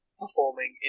performing